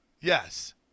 Yes